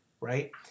right